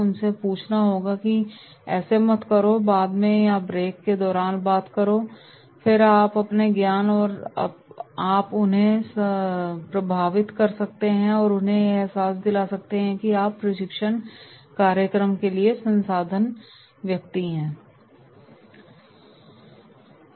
उनसे पूछें नहीं ऐसा मत करो बाद में या ब्रेक के दौरान बात करो और फिर अपने ज्ञान से आप उन्हें प्रभावित कर सकते हैं और उन्हें यह एहसास दिला सकते हैं कि हाँ आप इस प्रशिक्षण कार्यक्रम के लिए सही संसाधन व्यक्ति हैं